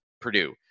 Purdue